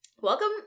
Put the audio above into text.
Welcome